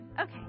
Okay